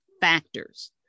factors